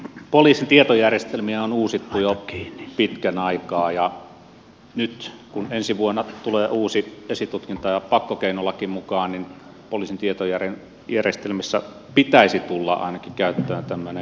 poliisin tietojärjestelmiä on uusittu jo pitkän aikaa ja nyt kun ensi vuonna tulee uusi esitutkinta ja pakkokeinolaki mukaan niin poliisin tietojärjestelmissä pitäisi ainakin tulla käyttöön tämmöinen vitja tietojärjestelmä